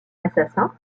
assassin